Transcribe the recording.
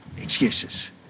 excuses